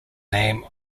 name